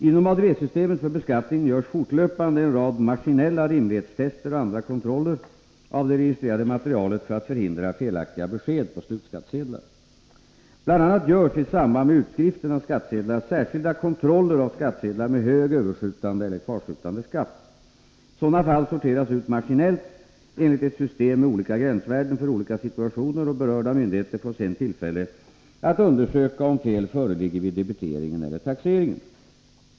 Inom ADB-systemet för beskattningen görs fortlöpande en rad maskinella rimlighetstester och andra kontroller av det registrerade materialet för att förhindra felaktiga besked på slutskattsedlar. Bl.a. görs i samband med utskriften av skattsedlarna särskilda kontroller av skattsedlar med hög överskjutande eller kvarstående skatt. Sådana fall sorteras ut maskinellt enligt ett system med olika gränsvärden för olika situationer, och berörda myndigheter får sedan tillfälle att undersöka om fel föreligger vid debiteringen eller taxeringen.